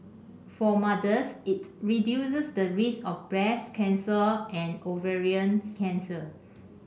for mothers it reduces the risk of breast cancer and ovarian cancer